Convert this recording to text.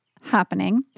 happening